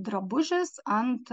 drabužis ant